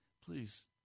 Please